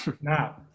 Now